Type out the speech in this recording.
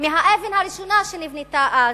מהאבן הראשונה שנבנתה אז,